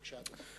בבקשה, אדוני.